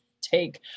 take